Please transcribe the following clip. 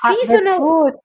Seasonal